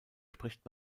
spricht